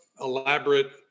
elaborate